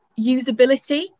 Usability